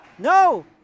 No